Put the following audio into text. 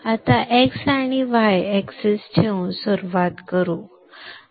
आता x आणि y अक्ष ठेवून सुरुवात करू